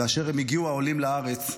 כאשר העולים הגיעו לארץ,